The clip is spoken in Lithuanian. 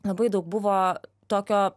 labai daug buvo tokio